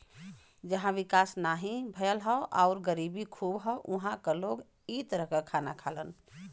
जहां विकास नाहीं भयल हौ आउर गरीबी खूब हौ उहां क लोग इ तरह क खाना खालन